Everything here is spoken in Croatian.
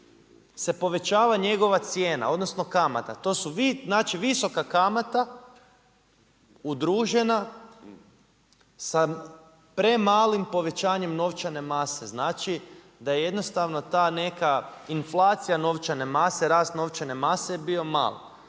se povećava njegova cijena odnosno kamata. To su visoka kamata udružena, sa premalim povećanjem novčane mase, znači da jednostavno ta neka inflacija novčane mase, rast novčane mase je bio mali.